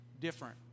different